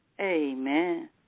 Amen